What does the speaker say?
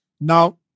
Now